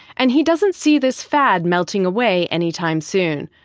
and he doesn't see this fad melting away any time soon.